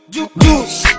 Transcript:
Juice